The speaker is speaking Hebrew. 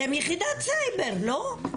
אתם יחידת סייבר, לא?